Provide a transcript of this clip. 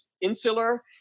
insular